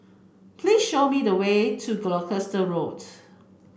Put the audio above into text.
please show me the way to Gloucester Road